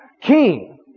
King